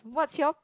what's your